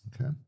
Okay